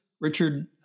Richard